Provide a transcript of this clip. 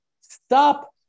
stop